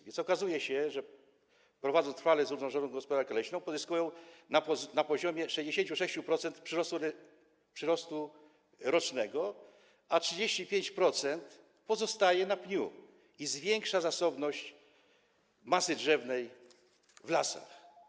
A więc okazuje się, że prowadząc trwale zrównoważoną gospodarkę leśną, pozyskują oni na poziomie 66% przyrostu rocznego, a 35% pozostaje na pniu i zwiększa zasobność masy drzewnej w lasach.